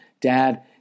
Dad